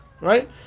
right